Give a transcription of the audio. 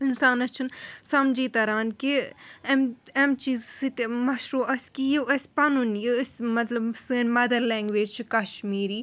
اِنسانَس چھُنہٕ سَمجھی تَران کہِ اَمہِ اَمہِ چیٖزٕ سۭتۍ مَشروٗو اسہِ کہِ یہِ اسہِ پَنُن یہِ أسۍ مطلب سٲنۍ مَدَر لینٛگویج چھِ کَشمیٖری